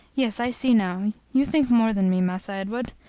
yes, i see now you think more than me, massa edward.